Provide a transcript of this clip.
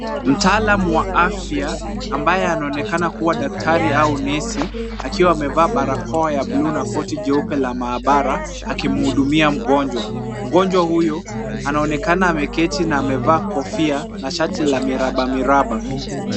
Mtaalam wa afya ambaye anaonekana kuwa daktari au nesi, akiwa amevaa barakoa ya buluu na koti jeupe la maabara akimhudumia mgonjwa. Mgonjwa huyu anaonekana ameketi na amevaa kofia na shati la mirabamiraba.